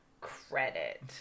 credit